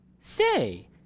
Say